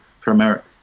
primarily